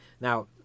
now